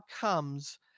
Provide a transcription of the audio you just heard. comes